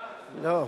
לא.